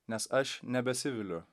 nes aš nebesiviliu